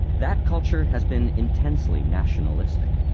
that culture has been intensely nationalistic.